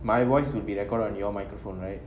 my voice would be recorded on your microphone right